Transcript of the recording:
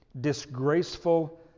disgraceful